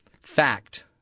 Fact